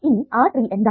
ഇനി ആ ട്രീ എന്താണ്